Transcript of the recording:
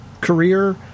career